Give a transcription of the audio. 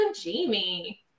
Jamie